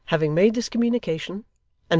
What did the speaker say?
having made this communication,